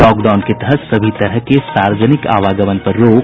lockdown के तहत सभी तरह के सार्वजनिक आवागमन पर रोक